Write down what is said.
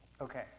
Okay